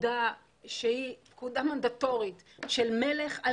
פקודה שהיא פקודה מנדטורית של מלך על